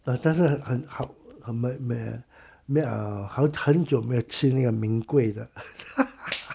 但但是很好很美没啊还有很久没吃那个名贵的